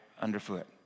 underfoot